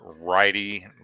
righty